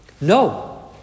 No